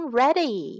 ready